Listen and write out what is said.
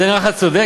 זה נראה לך צודק?